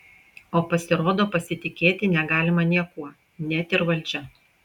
o pasirodo pasitikėti negalima niekuo net ir valdžia